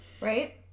Right